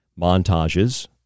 montages